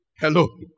Hello